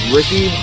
Ricky